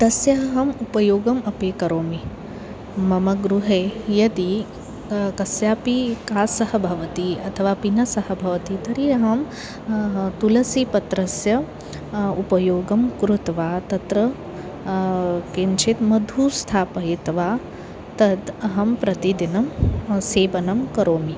तस्य अहम् उपयोगम् अपि करोमि मम गृहे यदि कस्यापि खासः भवति अथवा पिनसः भवति तर्हि अहं तुलसीपत्रस्य उपयोगं कृत्वा तत्र किञ्चित् मधु स्थापयित्वा तद् अहं प्रतिदिनं सेवनं करोमि